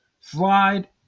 slide